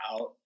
out